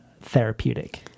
therapeutic